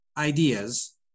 ideas